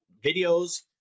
videos